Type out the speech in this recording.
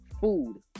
food